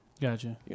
Gotcha